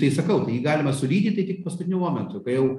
tai sakau tai jį galima sulydyt tai tik paskutiniu momentu kai jau